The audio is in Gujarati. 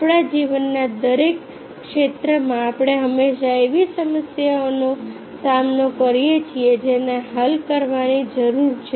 આપણા જીવનના દરેક ક્ષેત્રમાં આપણે હંમેશા એવી સમસ્યાઓનો સામનો કરીએ છીએ જેને હલ કરવાની જરૂર છે